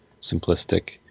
simplistic